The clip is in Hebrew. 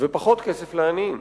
ופחות כסף לעניים.